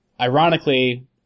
ironically